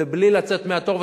ובלי לצאת מהתור,